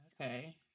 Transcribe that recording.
Okay